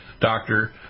doctor